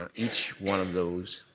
ah each one of those,